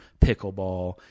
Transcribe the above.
pickleball